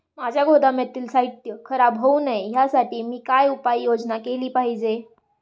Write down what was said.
माझ्या गोदामातील साहित्य खराब होऊ नये यासाठी मी काय उपाय योजना केली पाहिजे?